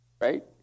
right